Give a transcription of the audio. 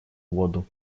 воду